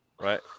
Right